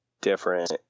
different